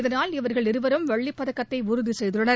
இதனால் இவர்கள் இருவரும் வெள்ளிப் பதக்கத்தை உறுதி செய்துள்ளனர்